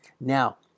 Now